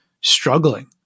struggling